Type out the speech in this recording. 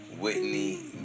whitney